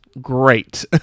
Great